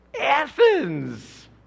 Athens